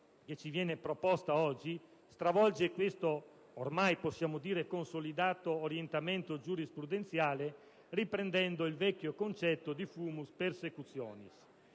oggi ci viene proposta stravolge questo ormai consolidato orientamento giurisprudenziale, riprendendo il vecchio concetto di *fumus persecutionis*